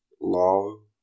long